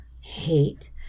hate